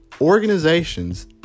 organizations